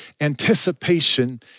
anticipation